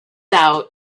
out